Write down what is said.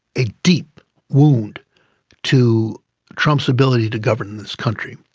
a deep wound to trump's ability to govern this country.